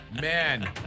Man